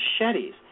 machetes